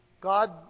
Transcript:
God